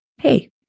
hey